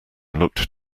looked